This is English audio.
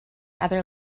other